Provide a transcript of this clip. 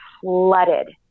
flooded